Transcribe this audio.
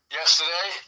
yesterday